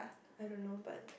I don't know but